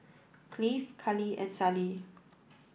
Cleave Kalie and Sallie